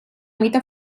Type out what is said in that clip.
mite